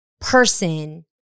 person